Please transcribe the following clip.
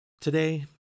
today